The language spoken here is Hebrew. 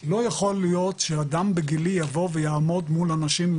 לא יכול להיות שאדם בגילי יבוא ויעמוד מול אנשים בני